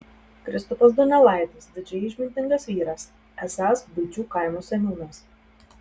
kristupas donelaitis didžiai išmintingas vyras esąs baičių kaimo seniūnas